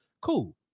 Cool